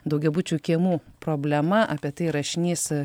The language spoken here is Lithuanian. daugiabučių kiemų problema apie tai rašinys